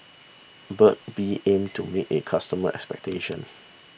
Burt's Bee aims to meet its customers' expectations